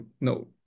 no